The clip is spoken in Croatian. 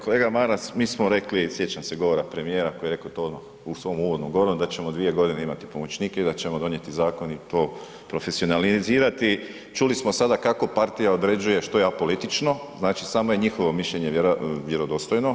Kolega Maras, mi smo rekli, sjećam se govora premijera koji je rekao to odmah u svom uvodnom govoru da ćemo 2 godine imati pomoćnike i da ćemo donijeti zakon i to profesionalizirati, čuli smo sada kako partija određuje što je apolitično, znači samo je njihovo mišljenje vjerodostojno.